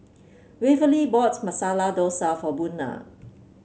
Waverly bought Masala Dosa for Buna